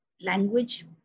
language